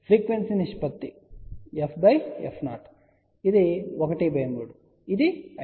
ఇది ఫ్రీక్వెన్సీ నిష్పత్తి ff 0 ఇది 13 ఇది 53